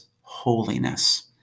holiness